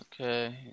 Okay